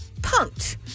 punked